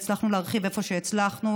והצלחנו להרחיב איפה שהצלחנו,